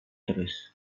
terus